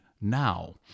now